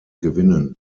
gewinnen